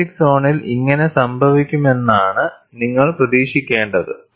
plastic സോണിൽ ഇങ്ങനെ സംഭവിക്കുമെന്നാണ് നിങ്ങൾ പ്രതീക്ഷിക്കേണ്ടത്